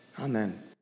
Amen